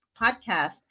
podcast